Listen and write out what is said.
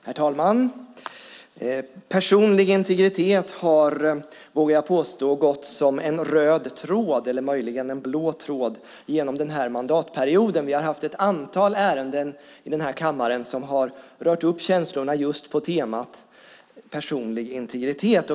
Herr talman! Personlig integritet har, vågar jag påstå, gått som en röd tråd, eller möjligen som en blå tråd, genom denna mandatperiod. Vi har haft ett antal ärenden i denna kammare som har rört upp känslorna just på temat personlig integritet.